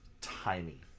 tiny